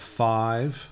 five